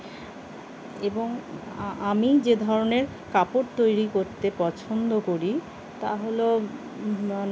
এবং আমি যে ধরনের কাপড় তৈরি করতে পছন্দ করি তা হলো